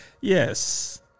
Yes